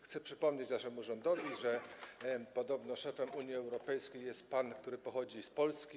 Chcę przypomnieć naszemu rządowi, że podobno szefem Unii Europejskiej jest pan, który pochodzi z Polski.